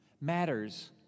matters